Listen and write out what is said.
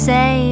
Say